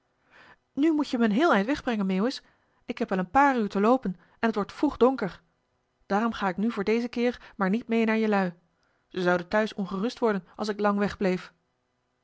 nu moet-je me een heel eind wegbrengen meeuwis ik heb wel een paar uur te loopen en t wordt vroeg joh h been paddeltje de scheepsjongen van michiel de ruijter donker daarom ga ik nu voor dezen keer maar niet mee naar jelui ze zouden thuis ongerust worden als ik lang wegbleef